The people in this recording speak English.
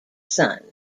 son